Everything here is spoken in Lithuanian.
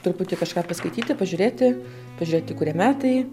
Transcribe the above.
truputį kažką paskaityti pažiūrėti pažiūrėti kurie metai